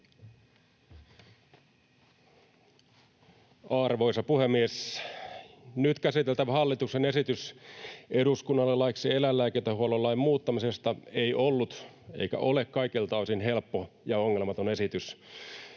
Arvoisa puhemies! Nyt käsiteltävä hallituksen esitys eduskunnalle laiksi eläinlääkintähuoltolain muuttamisesta ei ollut eikä ole kaikilta osin helppo ja ongelmaton esitys.